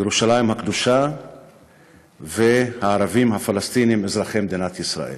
ירושלים הקדושה והערבים הפלסטינים אזרחי מדינת ישראל,